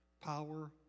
power